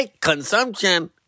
consumption